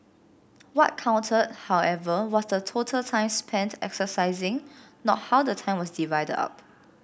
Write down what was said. what counted however was the total time spent exercising not how the time was divided up